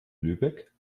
lübeck